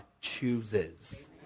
chooses